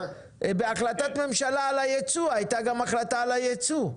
בהחלטת ממשלה על הייצוא - הייתה גם החלטה על הייצוא.